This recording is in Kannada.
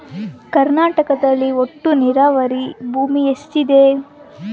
ಕರ್ನಾಟಕದಲ್ಲಿ ಒಟ್ಟು ನೇರಾವರಿ ಭೂಮಿ ಎಷ್ಟು ಇದೆ?